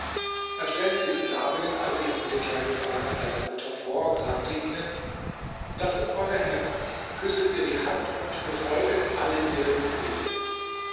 er stellte die sklavinnen als sie angekleidet waren seiner mutter vor und sagte ihnen das ist eure herrin küsset ihr die hand und befolget alle ihre befehle